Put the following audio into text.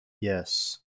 Yes